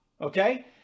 okay